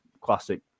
classic